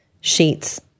sheets